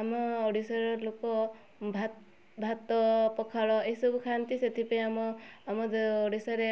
ଆମ ଓଡ଼ିଶାର ଲୋକ ଭାତ ପଖାଳ ଏଇସବୁ ଖାଆନ୍ତି ସେଥିପାଇଁ ଆମ ଆମ ଓଡ଼ିଶାରେ